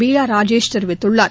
பீலா ராஜேஷ் தெரிவித்துள்ளார்